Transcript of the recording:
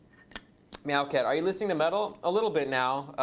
myaocat, are you listening to metal? a little bit now.